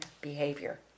behavior